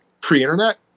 pre-internet